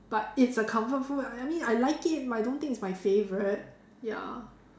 but it's a comfort food I I mean I like it but I don't think it's my favourite ya